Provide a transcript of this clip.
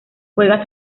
juega